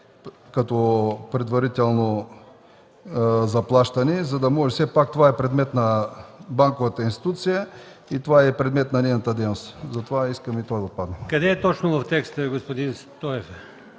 Къде е точно в текста, господин Стоев?